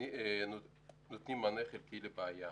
נותנים מענה חלקי לבעיה.